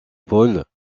paul